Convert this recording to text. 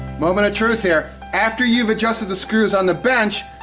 moment of truth here. after you've adjusted the screws on the bench,